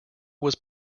was